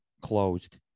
closed